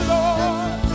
Lord